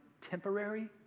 temporary